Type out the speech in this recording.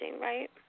right